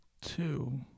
Two